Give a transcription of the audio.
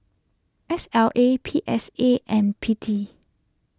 S L A P S A and P T